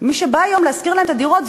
מי שבא היום להשכיר להם את הדירות זה